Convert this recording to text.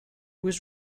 was